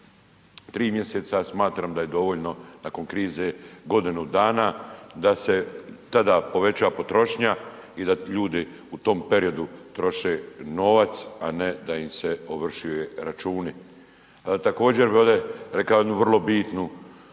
3 mj., smatram da je dovoljno nakon krize godinu dana da se tada poveća potrošnja i da ljudi u tom periodu troše novac a ne da im se ovršuje računi. Također, vele, rekao je jednu vrlo bitnu